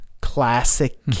classic